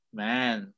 man